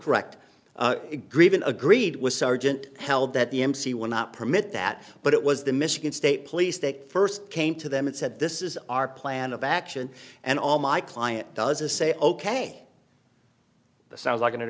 correct agreement agreed with sergeant held that the embassy will not permit that but it was the michigan state police that first came to them and said this is our plan of action and all my client does a say ok it sounds like an a